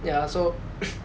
ya so